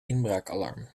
inbraakalarm